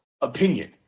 opinion